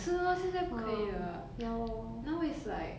是 lor 现在不可以了 now is like